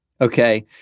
okay